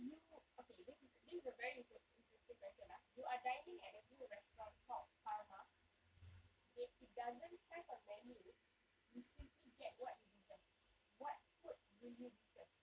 you okay this is a this a very interesting question ah you are dining at a new restaurant called karma okay it doesn't have a menu you simply get what you deserve what food will you be served